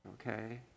Okay